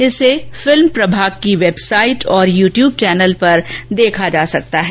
इसे फिल्म प्रभाग की वेबसाइट और यू ट्यूब चैनल पर देखा जा सकता है